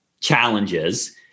challenges